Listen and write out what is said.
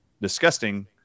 disgusting